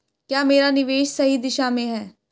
क्या मेरा निवेश सही दिशा में है?